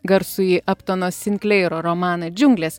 garsųjį aptono sinkleiro romaną džiunglės